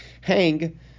hang